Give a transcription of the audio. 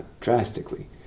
drastically